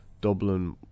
Dublin